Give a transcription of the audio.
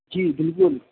جی بالکل